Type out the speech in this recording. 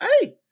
hey